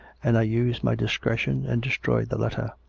and i used my discre tion, and destroyed the letter.